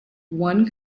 one